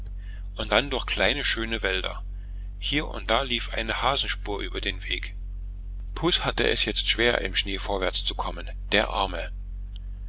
und dann durch kleine schöne wälder hier und da lief eine hasenspur über den weg puß hatte es jetzt schwer im schnee vorwärtszukommen der arme